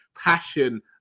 passion